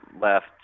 left